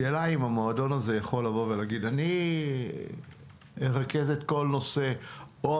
השאלה היא אם המועדון הזה יכול להגיד "אני ארכז את כל נושא המכרזים